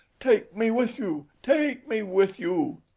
take me with you! take me with you!